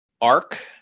arc